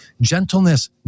gentleness